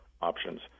options